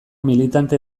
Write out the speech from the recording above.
militante